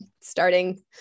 starting